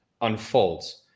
unfolds